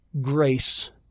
grace